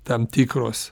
tam tikros